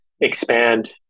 expand